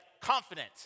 confident